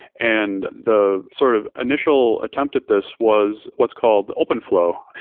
and the sort of initial attempt at this was what's called the open flow.